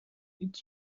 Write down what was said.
its